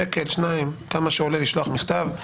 שקל שניים, כמה שעולה לשלוח מכתב.